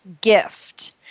gift